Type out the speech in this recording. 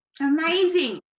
Amazing